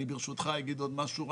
ברשותך אני אגיד עוד משהו.